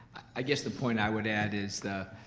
i guess the point i would add is